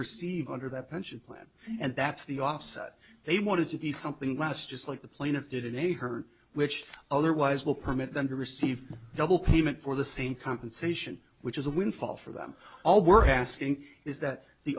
receive under that pension plan and that's the offset they wanted to be something last just like the plaintiff did in a hurry which otherwise will permit them to receive double payment for the same compensation which is a windfall for them all we're asking is that the